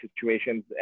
situations